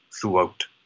throughout